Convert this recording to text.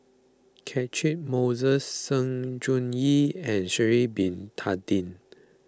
Catchick Moses Sng Choon Yee and Sha'ari Bin Tadin